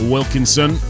Wilkinson